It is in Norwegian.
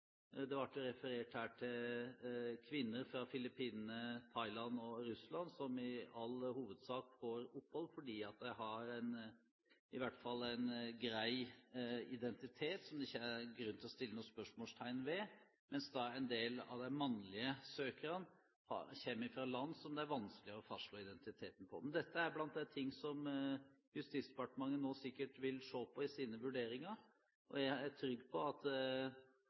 Det ble referert til kvinner fra Filippinene, Thailand og Russland, som i all hovedsak får opphold fordi de har en grei identitet, som det ikke er grunn til å stille spørsmål ved, mens en del av de mannlige søkerne kommer fra land som gjør at det er vanskeligere å fastslå identiteten deres. Dette er blant de tingene som Justisdepartementet nå sikkert vil se på i sine vurderinger. Jeg er trygg på at